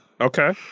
okay